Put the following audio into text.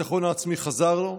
הביטחון העצמי חזר אליו.